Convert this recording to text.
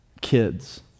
kids